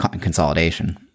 consolidation